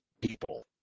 people